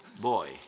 boy